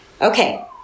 Okay